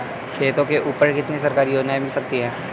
खेतों के ऊपर कितनी सरकारी योजनाएं मिल सकती हैं?